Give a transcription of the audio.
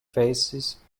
faces